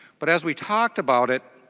but as we talked about it